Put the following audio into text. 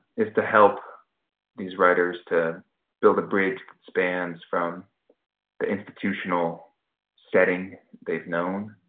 is to help these writers to build a bridge that spans from the institutional setting they've known